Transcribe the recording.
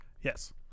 Yes